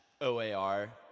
O-A-R